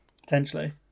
Potentially